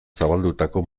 zabaldutako